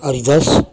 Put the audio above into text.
Haridas